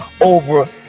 over